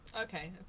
Okay